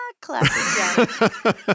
Classic